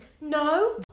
no